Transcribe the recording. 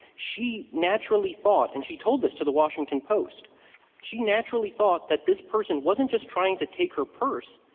she naturally thought and she told this to the washington post she naturally thought that this person wasn't just trying to take her purse,